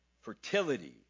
fertility